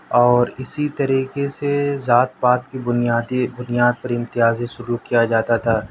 اور اسی طریقے سے ذات پات کی بنیادی بنیاد پر امتیازی سلوک کیا جاتا تھا